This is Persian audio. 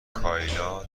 کایلا